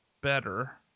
better